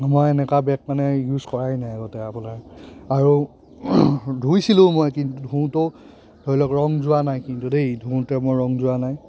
মই এনেকুৱা বেগ মানে ইউজ কৰাই নাই আগতে আপোনাৰ আৰু ধুইছিলোঁও মই কিন্তু ধুওঁতেও ধৰি লওক ৰং যোৱা নাই কিন্তু দেই ধুওঁতে মোৰ ৰং যোৱা নাই